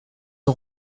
ont